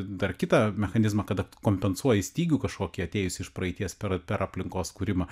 dar kitą mechanizmą kada tu kompensuoti stygių kažkokį atėjusi iš praeities per per aplinkos kūrimą